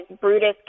Brutus